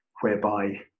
whereby